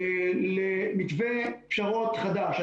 למתווה פשרות חדש.